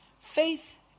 faith